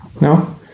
no